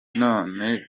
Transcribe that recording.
none